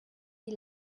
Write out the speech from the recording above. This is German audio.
die